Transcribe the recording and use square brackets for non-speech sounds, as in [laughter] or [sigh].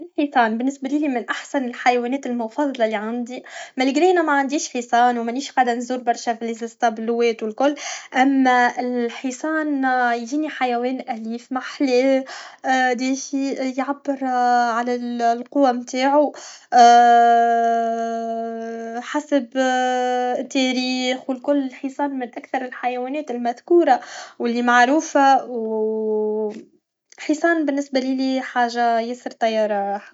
الحصان بالنسبة ليا من احسن الحيوانات المفضلة لي عندي ملغري انا معنديش حصان و منيش قادرة نزور فليزسطبلوات و الكل اما الحصان يجيني حيوان اليف محلاه ديفي يعبر على القوة نتاعو [hesitation] حسب [hesitation] التاريخ و الكل الحصان من اكثر الحيوانات المذكورة و لي معروفة و [hesitation] الحصان بالنسبة ليا حاجة ياسر طايرة على روحها